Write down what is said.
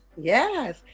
Yes